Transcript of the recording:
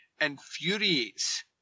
infuriates